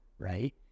right